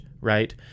right